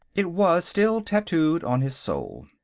it was still tattooed on his soul.